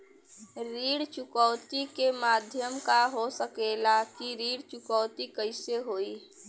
ऋण चुकौती के माध्यम का हो सकेला कि ऋण चुकौती कईसे होई?